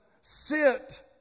sit